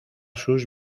sus